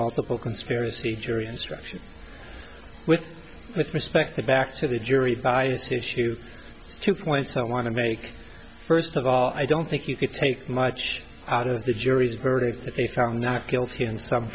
volatile conspiracy jury instruction with with respect to back to the jury vice issue two points i want to make first of all i don't think you could take much out of the jury's verdict if they found not guilty in some